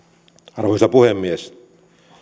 arvoisa puhemies